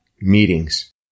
meetings